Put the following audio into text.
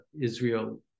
Israel